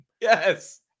Yes